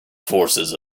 forces